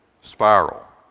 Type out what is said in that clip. spiral